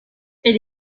elle